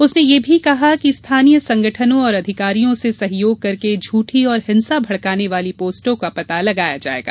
उसने यह भी कहा कि स्थाफनीय संगठनों और अधिकारियों से सहयोग करके झूठी और हिंसा भड़काने वाली पोस्टो का पता लगाया जायेगा